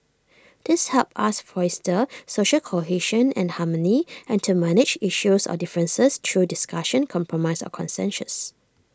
these help us foster social cohesion and harmony and to manage issues or differences through discussion compromise and consensus